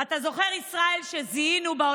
אתה זוכר, ישראל, שזיהינו,